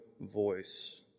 voice